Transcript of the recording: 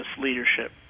leadership